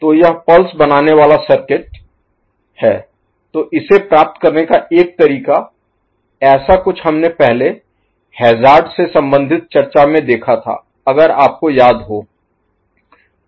तो यह पल्स बनाने वाला सर्किट है तो इसे प्राप्त करने का एक तरीका ऐसा कुछ हमने पहले हैजार्ड से संबंधित चर्चा में देखा था अगर आपको याद हो